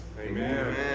Amen